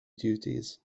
duties